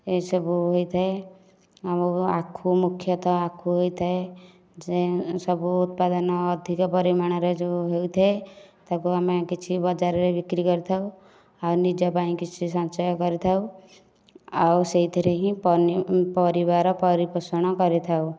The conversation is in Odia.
ଏସବୁ ହୋଇଥାଏ ଆଉ ଆଖୁ ମୁଖ୍ୟତଃ ଆଖୁ ହୋଇଥାଏ ଯେଉଁ ସବୁ ଉତ୍ପାଦନ ଅଧିକ ପରିମାଣରେ ଯେଉଁ ହୋଇଥାଏ ତାକୁ ଆମେ କିଛି ବଜାରରେ ବିକ୍ରି କରିଥାଉ ଆଉ ନିଜ ପାଇଁ କିଛି ସଞ୍ଚୟ କରିଥାଉ ଆଉ ସେଇଥିରେ ହିଁ ପନିପରିବାର ପରିପୋଷଣ କରିଥାଉ